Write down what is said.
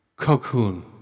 Cocoon